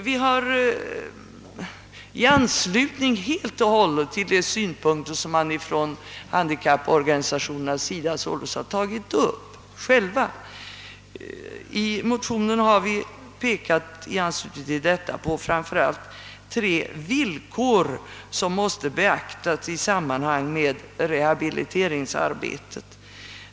Vi motionärer och reservanter har helt och hållet anslutit oss till handikapporganisationernas synpunkter på frågan om bidrag till hjälpmedel för de handikappade. I motionen har vi framför allt pekat på tre villkor som måste beaktas i samband med rehabiliteringsarbetet.